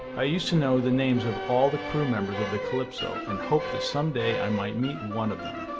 i used to know the names of all the crew members of the calypso and hoped that someday i might meet and one of them.